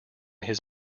his